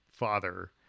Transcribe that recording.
father